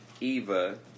Eva